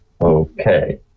Okay